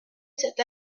cette